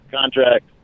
contract